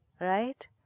Right